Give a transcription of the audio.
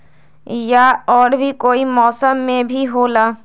या और भी कोई मौसम मे भी होला?